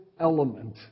element